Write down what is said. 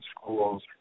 schools